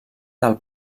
del